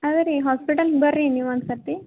ಅದೇ ರೀ ಹಾಸ್ಪಿಟಲ್ಗೆ ಬನ್ರಿ ನೀವು ಒಂದು ಸರತಿ